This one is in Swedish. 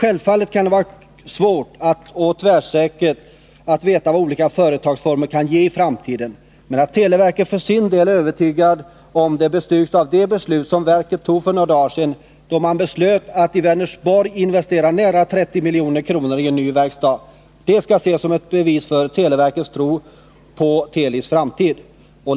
Självfallet kan det vara svårt att tvärsäkert säga vad olika företagsformer kan ge i framtiden, men att televerket för sin del är övertygat bestyrks av verkets beslut för några dagar sedan att i Vänersborg investera nära 30 milj.kr. i en ny verkstad. Det skall ses som ett bevis för televerkets tro på Telis framtid.